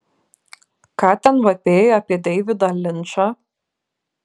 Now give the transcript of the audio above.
ką ten vapėjai apie deividą linčą